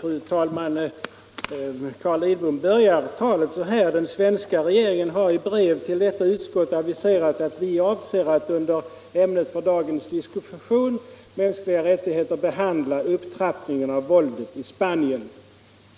Fru talman! Statsrådet Carl Lidbom börjar talet så här: ”Den svenska regeringen har i brev till detta utskott aviserat att vi avser att under ämnet för dagens diskussion, mänskliga rättigheter, behandla upptrappningen av våldet i Spanien.”